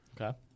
Okay